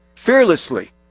fearlessly